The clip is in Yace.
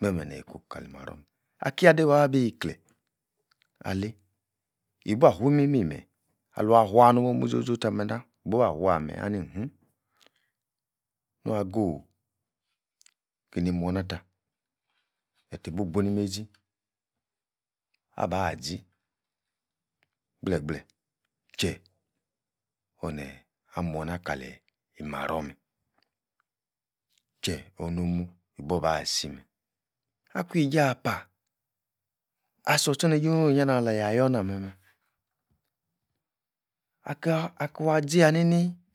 meh-meh-neyi ku-kali-maror. Akiadei bah bi-kleh, alei ibua-fu imme imeyi, aluan-fua no'h muomu zo-zo tah-meh-nah! ibabua-fua meyi, ahni nhn, nua-go-geni morna-tah, eti-bu-bu ni- meizi, abazi, gbleh-gbleh chie oneh, ah-morna kale-imaror meh, chie ononu-ni-bobah-si-meh akwui-jiapa. aso-tchor neije onyio-nyia-anah aleyo-yor-nah-meh meh akor, akuan-zi yah nini